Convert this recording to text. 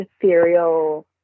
ethereal